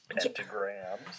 pentagrams